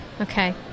okay